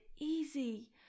easy